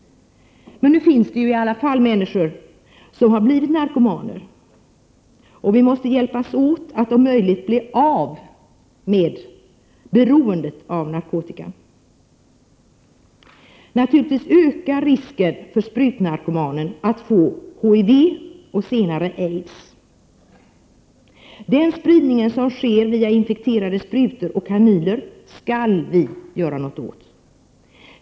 Nu finns det i alla fall människor som har blivit narkomaner, och vi måste hjälpas åt att om möjligt bli av med beroendet av narkotika. Naturligtvis löper sprutnarkomaner en ökad risk att få HIV och senare aids. Den spridning som sker via infekterade sprutor och kanyler skall vi göra någonting åt.